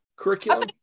Curriculum